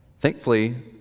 Thankfully